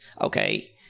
okay